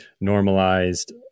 normalized